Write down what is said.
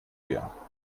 wir